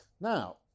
Now